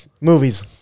movies